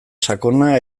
sakona